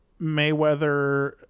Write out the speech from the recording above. Mayweather